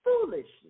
foolishness